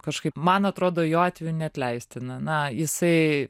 kažkaip man atrodo jo atveju neatleistina na jisai